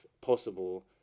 possible